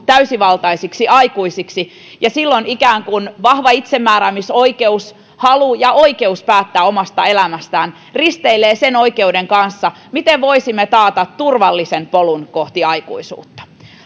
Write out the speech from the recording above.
täysivaltaisiksi aikuisiksi silloin ikään kuin vahva itsemääräämisoikeus halu ja oikeus päättää omasta elämästään risteilee sen oikeuden kanssa miten voisimme taata turvallisen polun kohti aikuisuutta